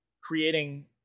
creating